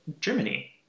Germany